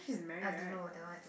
I don't know that one I don't